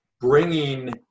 bringing